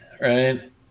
Right